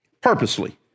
purposely